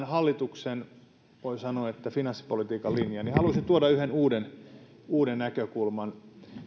hallituksen voi sanoa finanssipolitiikan linjaan haluaisin tuoda yhden uuden uuden näkökulman